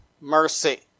mercy